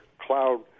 cloud